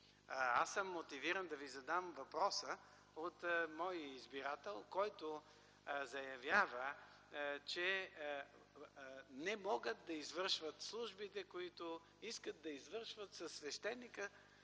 Аз съм мотивиран да Ви задам въпроса от мой избирател, който заявява, че не могат да извършват службите, които искат да извършват, със свещеника,